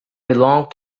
belong